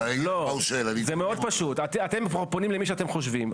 לא, זה מאוד פשוט אתם פונים למי שאתם חושבים.